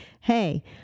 hey